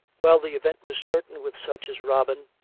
well, the event was certain with such as robin,